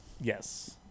Yes